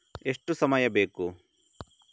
ಎಷ್ಟು ಸಮಯ ಬೇಕು?